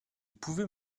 pouvez